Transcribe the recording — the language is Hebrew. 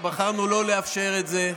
אנחנו בחרנו לא לאפשר את זה.